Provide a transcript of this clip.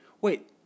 Wait